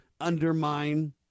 undermine